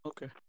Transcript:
Okay